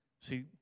See